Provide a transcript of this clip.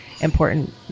important